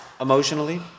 emotionally